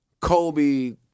Kobe